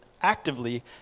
actively